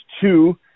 two